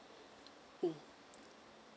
um